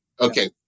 okay